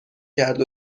کرد